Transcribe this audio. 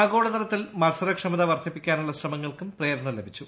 ആഗോള തലത്തിൽ മത്സരക്ഷമത വർദ്ധിപ്പിക്കാനുള്ള ശ്രമങ്ങൾക്കും പ്രേരണ ലഭിച്ചു